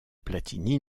platini